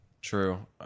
True